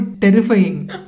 terrifying